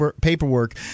paperwork